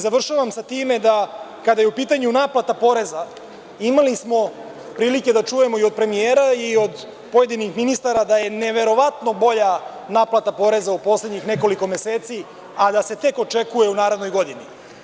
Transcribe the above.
Završavam sa time da, kada je u pitanju naplata poreza, imali smo prilike da čujemo i od pojedinih ministara da je neverovatno bolja naplata poreza u poslednjih nekoliko meseci a da se tek očekuje u narednoj godini.